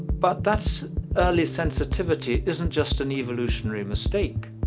but that early sensitivity isn't just an evolutionary mistake.